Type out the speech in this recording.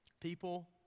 People